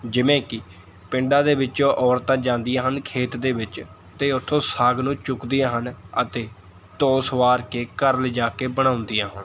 ਜਿਵੇਂ ਕਿ ਪਿੰਡਾਂ ਦੇ ਵਿੱਚ ਔਰਤਾਂ ਜਾਂਦੀਆਂ ਹਨ ਖੇਤ ਦੇ ਵਿੱਚ ਅਤੇ ਉੱਥੋਂ ਸਾਗ ਨੂੰ ਚੁੱਗਦੀਆਂ ਹਨ ਅਤੇ ਧੋ ਸੁਆਰ ਕੇ ਘਰ ਲਿਜਾ ਕੇ ਬਣਾਉਂਦੀਆਂ ਹਨ